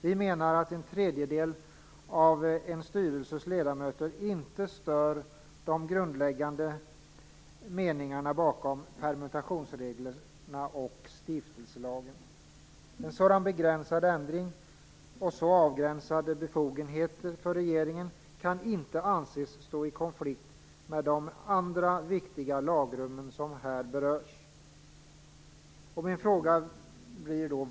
Vi menar att en tredjedel av en styrelses ledamöter inte stör de grundläggande meningarna bakom permutationsreglerna och stiftelselagen. En sådan begränsad ändring och så avgränsade befogenheter för regeringen kan inte anses stå i konflikt med de andra viktiga lagrum som här berörs.